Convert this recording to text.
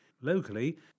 Locally